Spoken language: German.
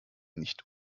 nicht